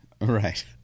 Right